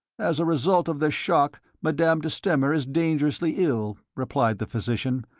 as a result of the shock, madame de stamer is dangerously ill, replied the physician,